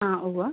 ആ ഉവ്വ്